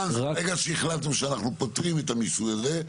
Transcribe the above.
ברגע שהחלטנו שאנחנו פותרים את המיסוי הזה,